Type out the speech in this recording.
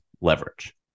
leverage